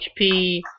HP